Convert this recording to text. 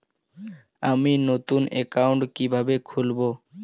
আমি নতুন অ্যাকাউন্ট কিভাবে খুলব?